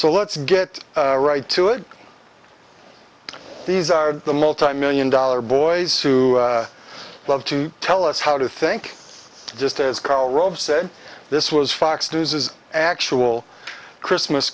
so let's get right to it these are the multimillion dollar boys who love to tell us how to think just as karl rove said this was fox news is an actual christmas